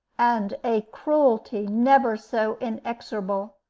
and a cruelty never so inexorable.